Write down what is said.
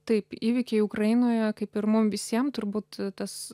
taip įvykiai ukrainoje kaip ir mum visiem turbūt tas